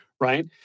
right